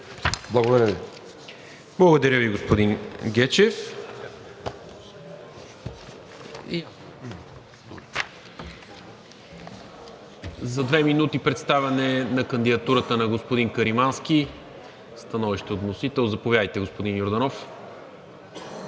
Благодаря Ви, господин Гечев. За две минути представяне на кандидатурата на господин Каримански – становище от вносител. Заповядайте, господин Йорданов.